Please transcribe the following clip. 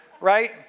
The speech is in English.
right